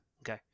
Okay